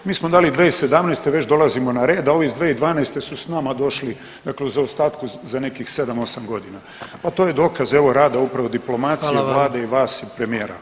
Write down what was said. Mi smo dali 2017., već dolazimo na red, a ovi iz 2012. su s nama došli dakle u zaostatku za nekih 7, 8 godina, a to je dokaz evo, rada upravo diplomacije, [[Upadica: Hvala vam.]] Vlade, vas i premijera.